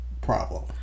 problem